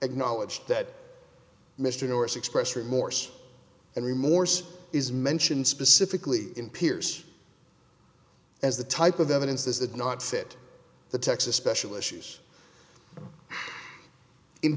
acknowledged that mr dorsey expressed remorse and re morse is mentioned specifically in pierce as the type of evidence is that not fit the texas special issues in